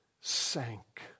sank